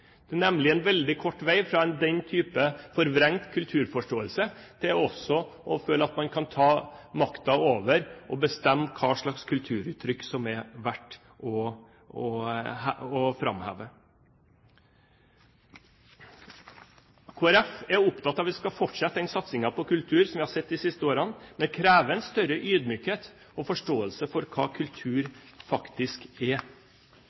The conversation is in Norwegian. Det er nemlig en veldig kort vei fra den type forvrengt kulturforståelse til også å føle at man kan ta makten over og bestemme hva slags kulturuttrykk som det er verdt å framheve. Kristelig Folkeparti er opptatt av at vi skal fortsette den satsingen på kultur som vi har sett de siste årene, men det krever en større ydmykhet og forståelse for hva kultur faktisk er.